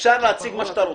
אפשר להציג מה שאתה רוצה.